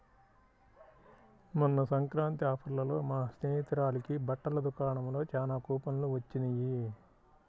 మొన్న సంక్రాంతి ఆఫర్లలో మా స్నేహితురాలకి బట్టల దుకాణంలో చానా కూపన్లు వొచ్చినియ్